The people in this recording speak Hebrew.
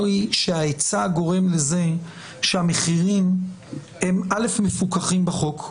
היא שההיצע גורם לזה שהמחירים הם מפוקחים בחוק.